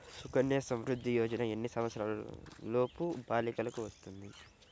సుకన్య సంవృధ్ది యోజన ఎన్ని సంవత్సరంలోపు బాలికలకు వస్తుంది?